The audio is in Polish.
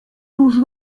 już